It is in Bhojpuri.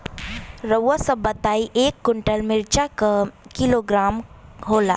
रउआ सभ बताई एक कुन्टल मिर्चा क किलोग्राम होला?